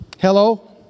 Hello